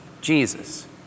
Jesus